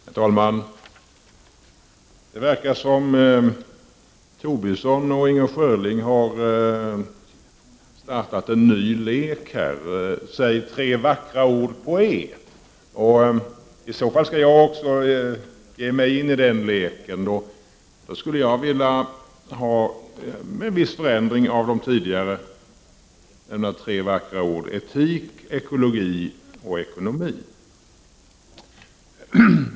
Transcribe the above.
Herr talman! Det verkar som om Lars Tobisson och Inger Schörling har startat en ny lek som går ut på att man skall säga tre vackra ord på E. I så fall skall jag också ge mig in i leken. Då skulle jag vilja ha, med en viss förändring mot tidigare, följande tre vackra ord: etik, ekologi och ekonomi.